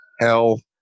hell